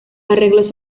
arreglos